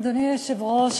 אדוני היושב-ראש,